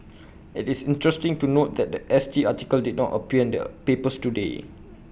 IT is interesting to note that The S T article did not appear their papers today